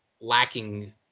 lacking